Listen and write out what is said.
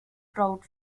trout